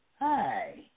Hi